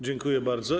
Dziękuję bardzo.